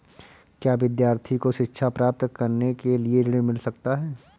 क्या विद्यार्थी को शिक्षा प्राप्त करने के लिए ऋण मिल सकता है?